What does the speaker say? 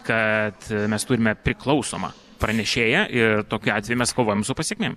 kad mes turime priklausomą pranešėją ir tokiu atveju mes kovojam su pasekmėm